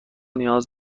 نیاز